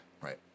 Right